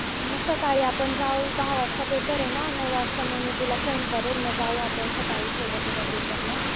हां मग सकाळी आपण जाऊ दहा वाजता पेपर आहे ना नऊ वाजता मग मी तुला फोन करेन मग जाऊ आपण सकाळी सोबत उद्या पेपरला